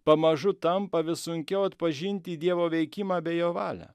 pamažu tampa vis sunkiau atpažinti dievo veikimą bei jo valią